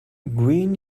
green